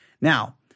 Now